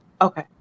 Okay